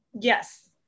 Yes